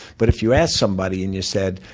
but if you asked somebody and you said,